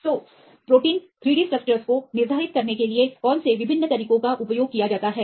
तो प्रोटीन के 3Dस्ट्रक्चर्स को निर्धारित करने के लिए कौन से विभिन्न तरीकों का उपयोग किया जाता है